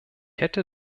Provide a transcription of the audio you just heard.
hätte